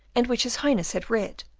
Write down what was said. and which his highness had read,